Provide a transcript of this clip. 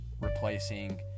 replacing